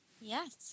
Yes